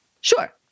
Sure